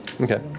Okay